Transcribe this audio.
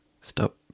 Stop